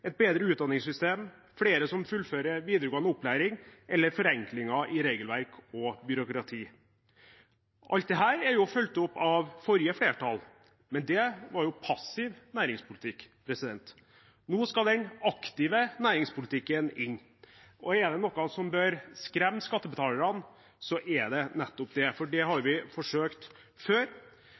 et bedre utdanningssystem, flere som fullfører videregående opplæring, eller forenklinger i regelverk og byråkrati. Alt dette er fulgt opp av forrige flertall, men det var jo passiv næringspolitikk. Nå skal den aktive næringspolitikken inn. Er det noe som bør skremme skattebetalerne, er det nettopp det, for det har vi forsøkt før.